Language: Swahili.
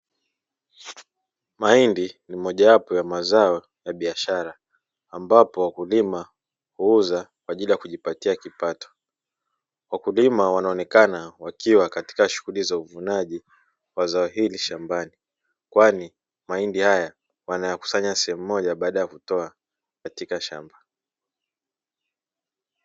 Mahindi ni mojawapo ya mazao ya biashara ambapo wakulima huuza kwa ajili ya kujipatia kipato, wakulima wanaonekana wakiwa katika shughuli za uvunaji wa zao hili shambani, kwani mahindi haya wanayakusanya sehemu moja baada ya kutoa katika shamba.